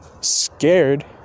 Scared